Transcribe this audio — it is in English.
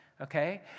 okay